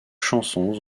chansons